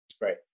Right